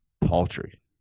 paltry